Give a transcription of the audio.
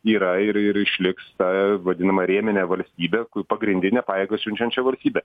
yra ir ir išliks ta vadinama rėminė valstybė ku pagrindinė pajėgas siunčiančia valstybe